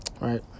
Right